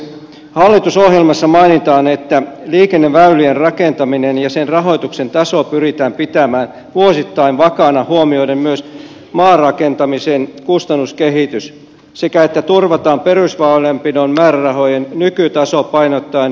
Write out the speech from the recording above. hallitusohjelmassa mainitaan että liikenneväylien rakentamisen ja sen rahoituksen taso pyritään pitämään vuosittain vakaana huomioiden myös maarakentamisen kustannuskehitys sekä että turvataan perusväylänpidon määrärahojen nykytaso painottaen perusradanpitoa